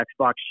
Xbox